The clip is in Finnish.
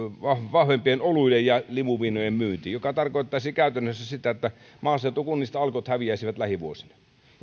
vahvempien oluiden ja limuviinojen myynti mikä tarkoittaisi käytännössä sitä että maaseutukunnista alkot häviäisivät lähivuosina ja